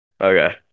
Okay